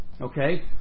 okay